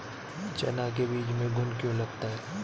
चना के बीज में घुन क्यो लगता है?